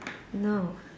no